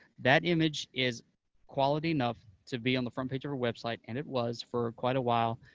that image is quality enough to be on the front page of our website, and it was for quite a while,